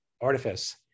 artifice